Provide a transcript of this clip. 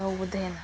ꯂꯧꯕꯗꯒꯤ ꯍꯦꯟꯅ